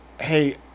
hey